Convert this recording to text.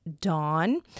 Dawn